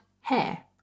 hair